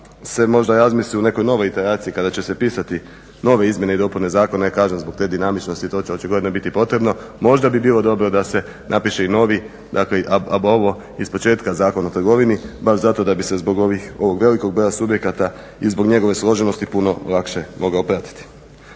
se možda razmisli o nekoj novoj interakciji kada će se pisati nove izmjene i dopune zakona i kažem zbog te dinamičnosti to će očigledno biti potrebno. Možda bi bilo dobro da se napiše i novi, dakle …/Govornik se ne razumije./… ispočetka Zakon o trgovini baš zato da bi se zbog ovih, ovog velikog broja subjekata i zbog njegove složenosti puno lakše mogao pratiti.